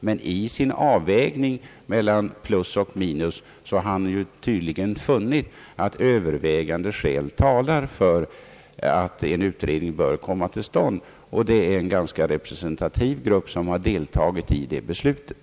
Men i sin avvägning mellan plus och minus har han tydligen funnit, att övervägande skäl talar för att en utredning kommer till stånd; och det är en ganska representativ grupp som har deltagit i det beslutet.